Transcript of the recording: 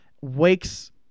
wakes